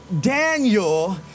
Daniel